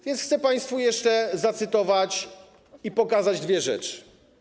A więc chcę państwu jeszcze zacytować i pokazać dwie rzeczy.